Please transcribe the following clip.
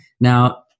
Now